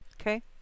Okay